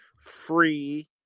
free